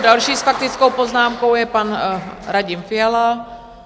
Další s faktickou poznámkou je pan Radim Fiala.